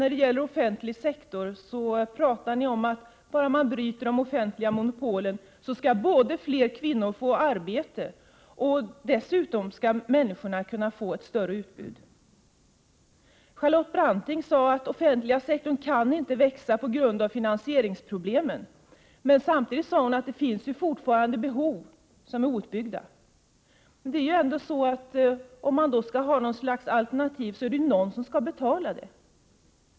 När det gäller den offentliga sektorn säger ni att bryter man bara de offentliga monopolen kommer fler kvinnor att få arbete samtidigt som det också blir ett större utbud. Charlotte Branting sade att den offentliga sektorn inte kan växa på grund av finansieringsproblemen. Samtidigt sade hon att det fortfarande finns behov som är outbyggda. Skall man välja något alternativ måste någon ändock betala.